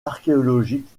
archéologique